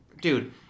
Dude